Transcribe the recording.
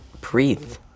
breathe